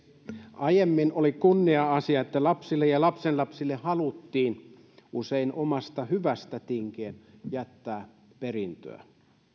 aiemmin oli kunnia asia että lapsille ja lapsenlapsille haluttiin usein omasta hyvästä tinkien jättää perintöä